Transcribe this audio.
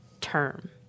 term